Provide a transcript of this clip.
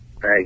Hey